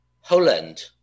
Holland